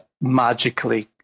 magically